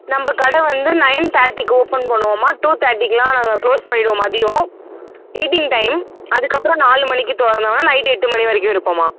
நம்ப கடை வந்து நைன் தேர்ட்டிக்கு ஓப்பன் பண்ணுவோம்மா டூ தேர்ட்டிக்கெல்லாம் நாங்கள் க்ளோஸ் பண்ணிவிடுவோம் மதியம் ஈட்டிங் டைம் அதுக்கப்புறம் நாலு மணிக்கு திறந்தாங்கன்னா நைட் எட்டு மணி வரைக்கும் இருப்போம்மா